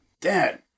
Dad